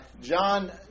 John